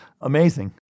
Amazing